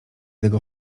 tego